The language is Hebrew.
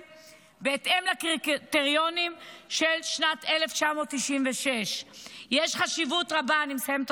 בהתאם לקריטריונים של שנת 1996. אני מסיימת,